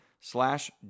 slash